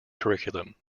curriculum